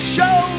Show